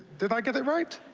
did i get it right?